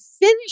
finish